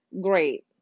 great